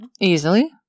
easily